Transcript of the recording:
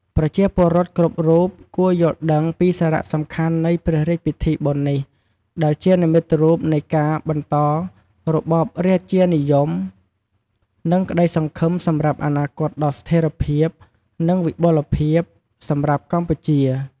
ប្រជាពលរដ្ឋ គ្រប់រូប គួរយល់ដឹង ពី សារៈសំខាន់ នៃ ព្រះរាជពិធីបុណ្យនេះ ដែលជានិមិត្តរូបនៃការបន្តរបបរាជានិយម និង ក្តីសង្ឃឹម សម្រាប់ អនាគតដ៏ស្ថេរភាព និង វិបុលភាព សម្រាប់កម្ពុជា។